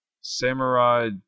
Samurai